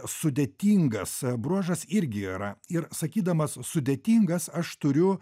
sudėtingas bruožas irgi yra ir sakydamas sudėtingas aš turiu